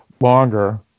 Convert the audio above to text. longer